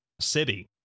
city